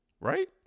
right